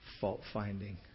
fault-finding